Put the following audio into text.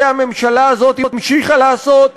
את זה הממשלה הזאת המשיכה לעשות,